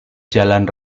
jalan